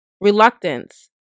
reluctance